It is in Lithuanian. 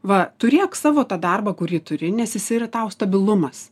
va turėk savo tą darbą kurį turi nes jisai yra tau stabilumas